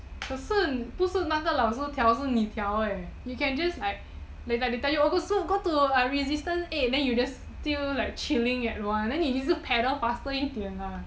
可是不是那个老师挑是你挑 eh you can just like like they tell you oh go to resistance eight then you just still chilling at one then 你就是 pedal faster 一点啊